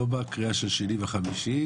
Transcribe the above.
בקריאה של שני וחמישי,